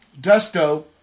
Dusto